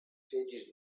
pages